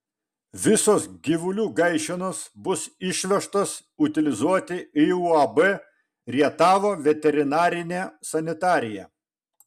visos gyvulių gaišenos bus išvežtos utilizuoti į uab rietavo veterinarinė sanitarija